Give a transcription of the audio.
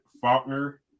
faulkner